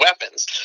weapons